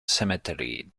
cemetery